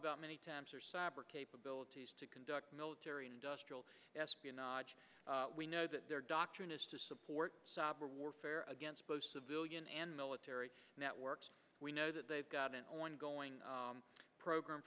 about many times or cyber capabilities to conduct military industrial espionage we know that their doctrine is to support for warfare against post civilian and military networks we know that they've got an ongoing program